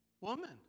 Woman